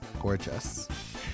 Gorgeous